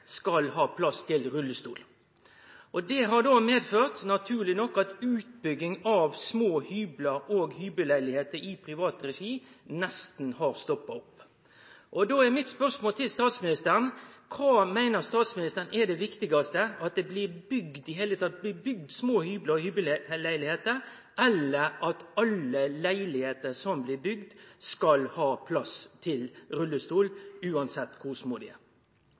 skal ha plass til rullestol. Det har då naturleg nok medført at utbygging av små hyblar og hybelleilegheiter i privat regi nesten har stoppa. Då er mitt spørsmål til statsministeren: Kva meiner statsministeren er det viktigaste – at det i det heile blir bygd små hyblar og hybelleilegheiter, eller at alle leilegheiter som blir bygde, skal ha plass til rullestol, uansett kor små dei er?